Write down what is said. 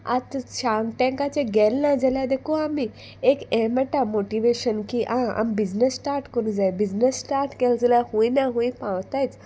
आतां शार्क टँकाचे गेल ना जाल्यार देकू आमी एक हें मेटा मोटिवेशन की आं आमी बिजनस स्टार्ट करूंक जाय बिजनस स्टार्ट केले जाल्यार हूंय ना हूंय पावतायच